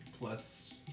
Plus